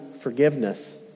forgiveness